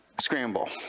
scramble